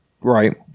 Right